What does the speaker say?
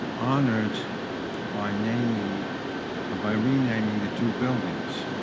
honored by renaming ah by renaming the two buildings.